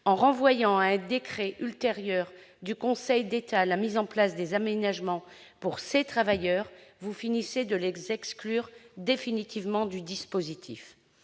En renvoyant à un décret ultérieur du Conseil d'État la mise en place des aménagements pour ces travailleurs, vous finissez de les exclure définitivement du dispositif.